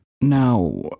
Now